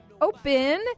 Open